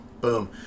boom